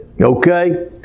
Okay